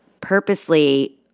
purposely